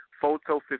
Photo